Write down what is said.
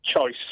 choice